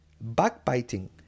backbiting